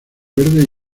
verde